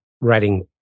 writing